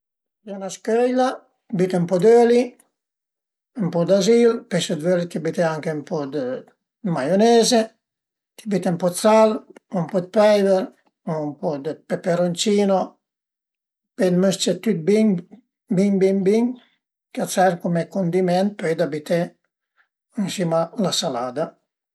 Pìe 'na scöila, büte ën po d'öli, ën po d'azil, pöi se völe büte anche ën po dë maionese, büte ën po dë sal o ën po dë peiver o ën po dë peperoncino, pö mës-ce tüt bin, bin bin bin e a të serv cume cundiment pöi da büté ën sima la salada